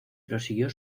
prosiguió